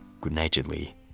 good-naturedly